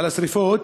על השרפות,